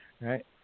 Right